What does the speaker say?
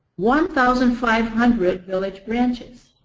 one thousand five hundred village branches.